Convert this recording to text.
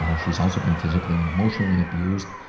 um she's also been physically and emotionally abused.